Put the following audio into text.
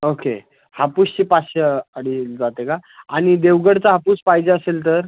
okay हापूसची पाचशे अढी जाते का आणि देवगडचा हापूस पाहिजे असेल तर